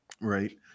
Right